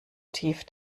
tief